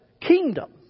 kingdom